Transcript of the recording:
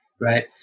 right